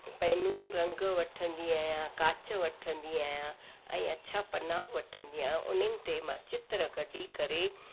पैनियूं रंग वठंदी आहियां काच वठंदी आहियां ऐं अछा पन्ना बि वठंदी आहियां उन्हनि ते मां चित्र कढी करे